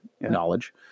knowledge